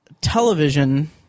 television